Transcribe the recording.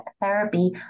therapy